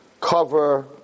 cover